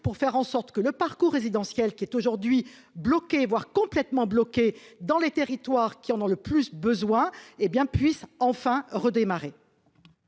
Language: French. pour faire en sorte que le parcours résidentiel, qui est aujourd'hui bloqué, voire complètement bloqué dans les territoires qui en ont le plus besoin, hé bien, puisse enfin redémarrer.